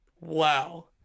Wow